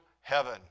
heaven